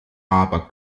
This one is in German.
aber